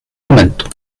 momento